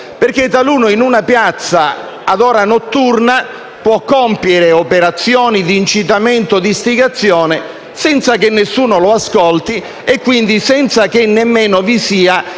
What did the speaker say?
perché taluno in una piazza, a ora notturna, può compiere operazioni di incitamento o istigazione senza che nessuno lo ascolti e, quindi, senza che vi sia